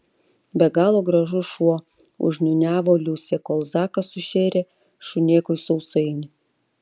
be galo gražus šuo užniūniavo liusė kol zakas sušėrė šunėkui sausainį